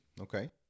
okay